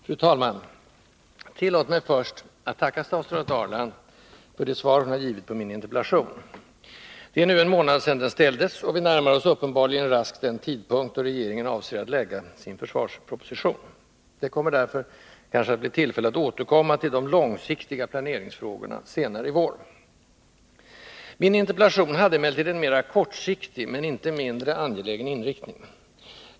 Fru talman! Tillåt mig först att tacka statsrådet Ahrland för det svar hon har givit på min interpellation. Det är nu en månad sedan den ställdes, och vi närmar oss uppenbarligen raskt den tidpunkt då regeringen avser att lägga fram sin försvarsproposition. Det kommer därför kanske att bli tillfälle att återkomma till de långsiktiga planeringsfrågorna senare i vår. Min interpellation hade emellertid en mera kortsiktig, men inte mindre angelägen inriktning.